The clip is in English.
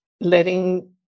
letting